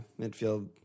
midfield